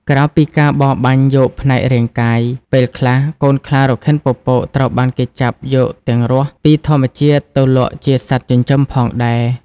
ក្រៅពីការបរបាញ់យកផ្នែករាងកាយ ពេលខ្លះ កូនខ្លារខិនពពក ត្រូវបានគេចាប់យកទាំងរស់ពីធម្មជាតិទៅលក់ជា សត្វចិញ្ចឹមផងដែរ។